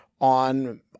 on